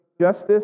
justice